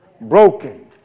broken